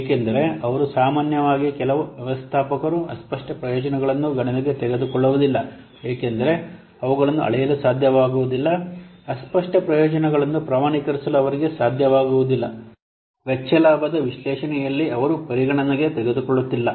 ಏಕೆಂದರೆ ಅವರು ಸಾಮಾನ್ಯವಾಗಿ ಕೆಲವು ವ್ಯವಸ್ಥಾಪಕರು ಅಸ್ಪಷ್ಟ ಪ್ರಯೋಜನಗಳನ್ನು ಗಣನೆಗೆ ತೆಗೆದುಕೊಳ್ಳುವುದಿಲ್ಲ ಏಕೆಂದರೆ ಅವುಗಳನ್ನು ಅಳೆಯಲು ಸಾಧ್ಯವಾಗುವುದಿಲ್ಲ ಅಸ್ಪಷ್ಟ ಪ್ರಯೋಜನವನ್ನು ಪ್ರಮಾಣೀಕರಿಸಲು ಅವರಿಗೆ ಸಾಧ್ಯವಾಗುವುದಿಲ್ಲ ವೆಚ್ಚ ಲಾಭದ ವಿಶ್ಲೇಷಣೆಯಲ್ಲಿ ಅವರು ಪರಿಗಣನೆಗೆ ತೆಗೆದುಕೊಳ್ಳುತ್ತಿಲ್ಲ